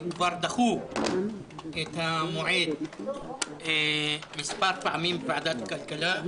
כבר דחו את המועד מספר פעמים בוועדת הכלכלה.